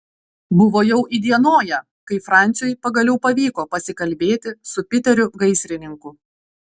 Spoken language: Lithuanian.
buvo jau įdienoję kai franciui pagaliau pavyko pasikalbėti su piteriu gaisrininku